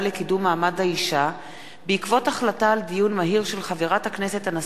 לקידום מעמד האשה בעקבות דיון מהיר בנושא: